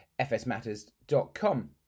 fsmatters.com